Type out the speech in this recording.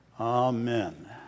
Amen